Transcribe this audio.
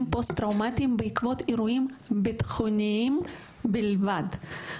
פוסט-טראומטיים בעקבות אירועים ביטחוניים בלבד.